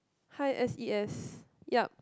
high s_e_s yup